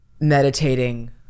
meditating